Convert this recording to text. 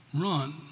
run